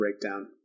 Breakdown